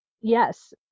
Yes